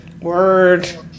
word